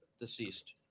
deceased